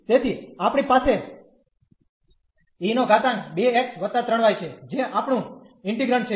તેથી આપણી પાસે અહીં e2 x 3 y છે જે આપણું ઇન્ટીગ્રંટ છે